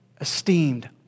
esteemed